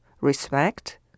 Respect